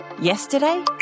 Yesterday